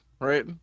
right